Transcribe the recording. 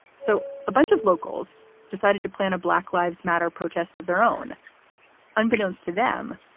so a bunch of locals decided to plan a black lives matter protest of their own unbeknownst to them.